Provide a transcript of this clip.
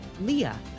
leah